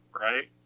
right